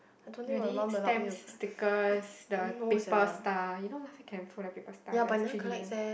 really stamps stickers the paper star you know I still can fold the paper star the three D one